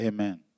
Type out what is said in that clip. Amen